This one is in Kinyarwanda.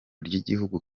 ry’igihugu